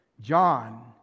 John